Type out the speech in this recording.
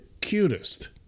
cutest